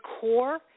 core